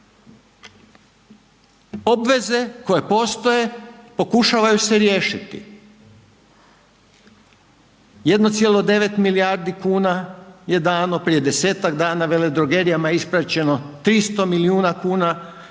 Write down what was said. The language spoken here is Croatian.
Obveze koje postoje pokušala ih se riješiti, 1,9 milijardi kuna je dano prije 10-tak dana veledrogerijama ispraćeno 300 milijuna kuna